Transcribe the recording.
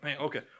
Okay